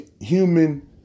human